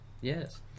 Yes